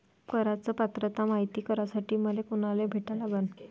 कराच पात्रता मायती करासाठी मले कोनाले भेटा लागन?